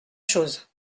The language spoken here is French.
chose